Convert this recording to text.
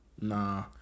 nah